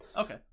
okay